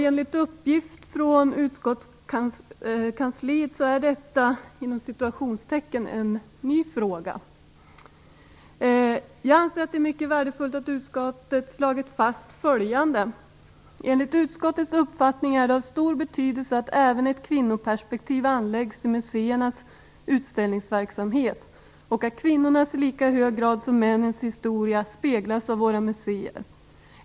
Enligt uppgift från utskottskansliet är detta en "ny" fråga. Jag anser att det är mycket värdefullt att utskottet har slagit fast följande: "Enligt utskottets uppfattning är det av stor betydelse att även ett kvinnoperspektiv anläggs i museernas utställningsverksamhet och att kvinnornas i lika hög grad som männens historia speglas av våra museer.